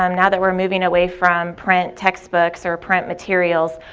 um now that we're moving away from print textbooks or print materials,